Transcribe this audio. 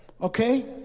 Okay